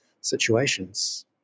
situations